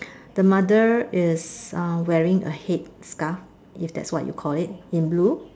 the mother is uh wearing a head scarf if that's what you call it in blue